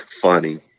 funny